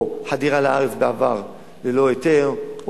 או חדירה לארץ בעבר ללא היתר,